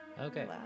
Okay